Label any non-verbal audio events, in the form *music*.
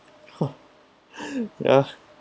*laughs* ya